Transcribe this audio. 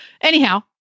Anyhow